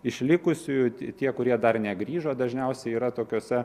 išlikusiųjų tie kurie dar negrįžo dažniausiai yra tokiose